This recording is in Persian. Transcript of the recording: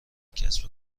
کسب